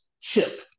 chip